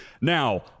Now